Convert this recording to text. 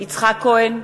יצחק כהן,